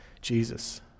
Jesus